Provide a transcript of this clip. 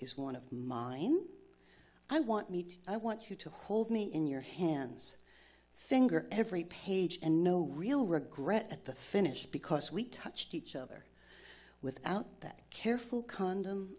is one of mine i want meat i want you to hold me in your hands finger every page and no real regret at the finish because we touched each other without that careful condom